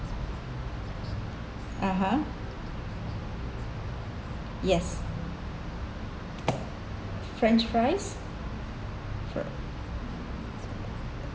(uh huh) yes french fries fre~